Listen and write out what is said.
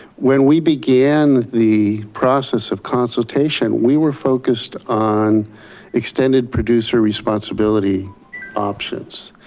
when we began the process of consultation we were focused on extended producer responsibility options.